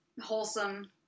Wholesome